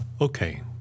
Okay